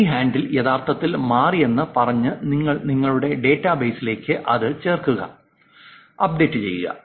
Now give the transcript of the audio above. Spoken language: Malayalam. ഈ ഹാൻഡിൽ യഥാർത്ഥത്തിൽ മാറിയെന്ന് പറഞ്ഞ് നിങ്ങൾ നിങ്ങളുടെ ഡാറ്റാബേസിലേക്ക് അത് ചേർക്കുക അപ്ഡേറ്റ് ചെയ്യുക